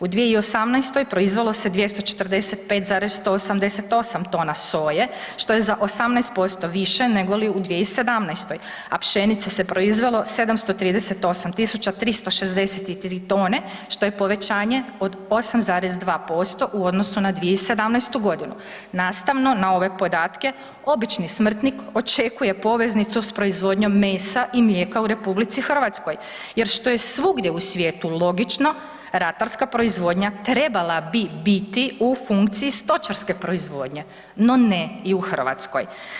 U 2018. proizvelo se 245,188 tona soje, što je za 18% više nego li u 2017., a pšenice se proizvelo 738363 tone, što je povećanje od 8,2% u odnosu na 2017.g. Nastavno na ove podatke, obični smrtnik očekuje poveznicu s proizvodnjom mesa i mlijeka u RH jer što je svugdje u svijetu logično ratarska proizvodnja trebala bi biti u funkciji stočarske proizvodnje, no ne i u Hrvatskoj.